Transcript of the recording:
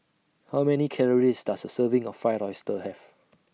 How Many Calories Does A Serving of Fried Oyster Have